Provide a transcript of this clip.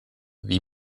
wie